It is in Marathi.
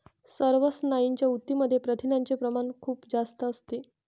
सर्व स्नायूंच्या ऊतींमध्ये प्रथिनांचे प्रमाण खूप जास्त असते